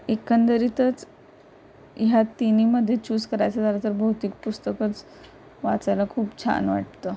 एकंदरीतच ह्या तिनीमधे चूस करायचं झालं तर भौतिक पुस्तकच वाचायला खूप छान वाटतं